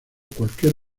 cualquier